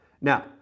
Now